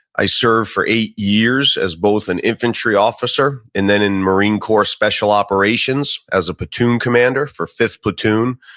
i served for eight years as both an infantry officer, and then in marine corps special operations as a platoon commander for fifth platoon,